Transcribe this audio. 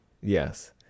Yes